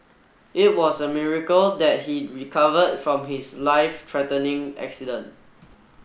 it was a miracle that he recovered from his life threatening accident